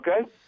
Okay